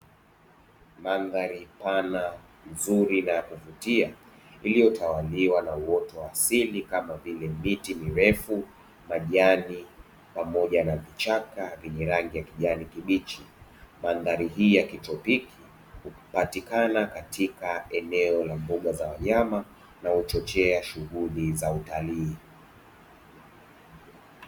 Mandhari pana nzuri na ya kuvutia iliyotawaliwa na uoto wa asili kama vile miti mirefu majani pamoja na vichaka vyenye rangi ya kijani kibichi mandhari hii ya kitropiki hupatikana katika eneo la mbuga za wanyama na uchochea shughuli za utalii.